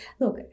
Look